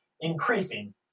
increasing